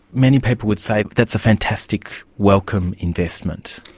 many people would say that's a fantastic welcome investment.